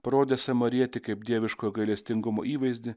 parodė samarietį kaip dieviškojo gailestingumo įvaizdį